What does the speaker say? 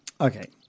Okay